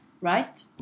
right